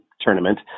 tournament